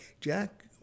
Jack